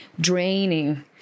draining